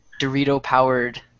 Dorito-powered